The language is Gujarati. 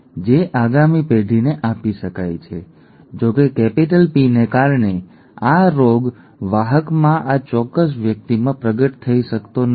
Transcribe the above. નાનો p હજી પણ ત્યાં છે જે આગામી પેઢીને આપી શકાય છે જો કે કેપિટલ P ને કારણે આ રોગ વાહકમાં આ ચોક્કસ વ્યક્તિમાં પ્રગટ થઈ શકતો નથી